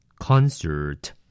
Concert